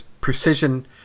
precision